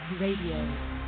Radio